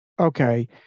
okay